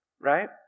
right